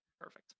Perfect